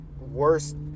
worst